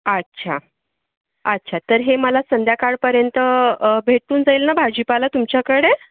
अच्छा अच्छा तर हे मला संध्याकाळपर्यंत भेटून जाईल ना भाजीपाला तुमच्याकडे